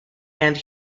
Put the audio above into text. and